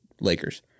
Lakers